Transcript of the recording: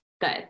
good